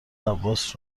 عباس